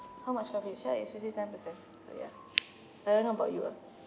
how much from your share is especially ten percent so ya I don't know about you ah